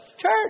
church